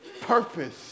purpose